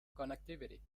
connectivity